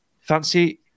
fancy